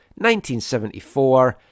1974